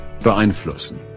Beeinflussen